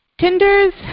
Tinder's